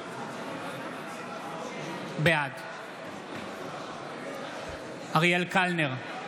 בעד אריאל קלנר,